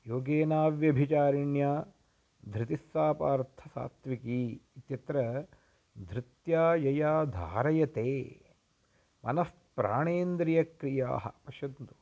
योगेनाव्यभिचारिण्या धृतिस्सा पार्थ सात्त्विकी इत्यत्र धृत्या यया धार्यते मनः प्राणेन्द्रियक्रियाः पश्यन्तु तत्